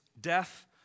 death